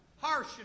harsh